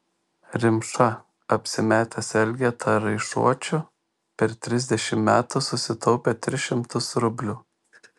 rimša apsimetęs elgeta raišuočiu per trisdešimt metų susitaupė tris šimtus rublių